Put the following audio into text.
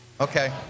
Okay